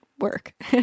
work